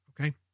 okay